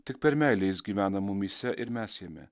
tik per meilę jis gyvena mumyse ir mes jame